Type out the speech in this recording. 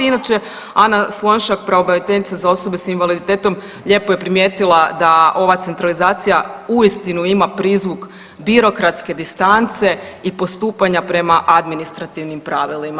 Inače Ana Slonjšak pravobraniteljica za osobe s invaliditetom lijepo je primijetila da ova centralizacija uistinu ima prizvuk birokratske distance i postupanja prema administrativnim pravilima.